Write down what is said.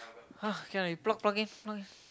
!huh! can already plug plug in plug in